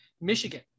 Michigan